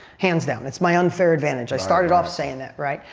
hands down. it's my unfair advantage. i started off saying that, right?